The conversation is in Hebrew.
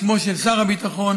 בשמו של שר הביטחון,